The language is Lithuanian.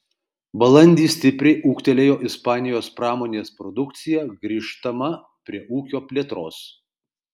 balandį stipriai ūgtelėjo ispanijos pramonės produkcija grįžtama prie ūkio plėtros